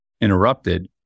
interrupted